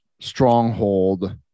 stronghold